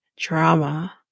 Drama